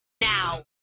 Now